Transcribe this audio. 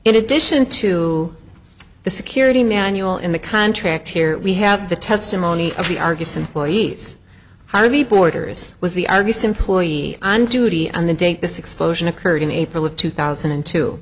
in addition to the security manual in the contract here we have the testimony of the argus employees how the boarders was the argus employee on duty on the date this explosion occurred in april of two thousand and two